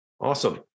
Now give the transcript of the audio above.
Awesome